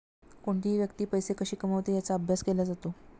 कोणतीही व्यक्ती पैसे कशी कमवते याचा अभ्यास केला जातो